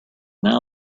now